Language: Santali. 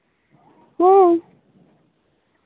ᱦᱮᱸ